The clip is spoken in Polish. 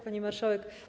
Pani Marszałek!